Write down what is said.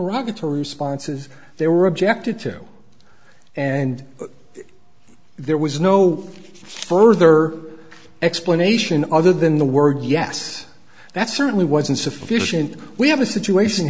to responses they were objected to and there was no further explanation other than the word yes that's certainly wasn't sufficient we have a situation